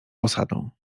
posadą